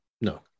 No